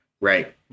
right